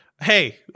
hey